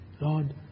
Lord